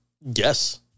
Yes